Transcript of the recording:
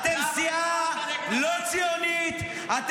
מה הקשר?